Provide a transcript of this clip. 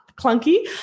clunky